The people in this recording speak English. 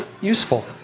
useful